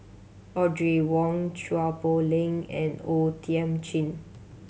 Audrey Wong Chua Poh Leng and O Thiam Chin